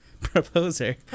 Proposer